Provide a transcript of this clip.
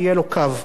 אבל תמיכה,